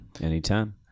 Anytime